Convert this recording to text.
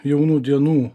jaunų dienų